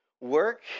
work